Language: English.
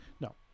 no